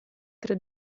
tra